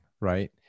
right